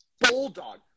bulldog